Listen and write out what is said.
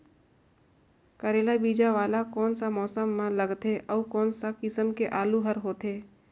करेला बीजा वाला कोन सा मौसम म लगथे अउ कोन सा किसम के आलू हर होथे?